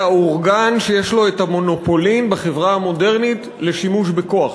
האורגן שיש לו המונופולים בחברה המודרנית לשימוש בכוח,